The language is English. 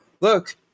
Look